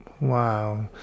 Wow